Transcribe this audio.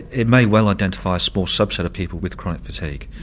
it may well identify a small subset of people with chronic fatigue,